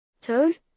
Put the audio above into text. Toad